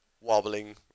wobbling